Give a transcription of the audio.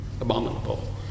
Abominable